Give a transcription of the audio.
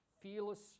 fearless